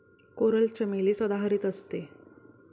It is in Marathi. कोरल चमेली सदाहरित असते